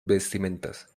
vestimentas